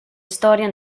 storia